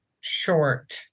short